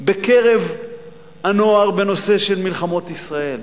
בקרב הנוער בנושא של מלחמות ישראל,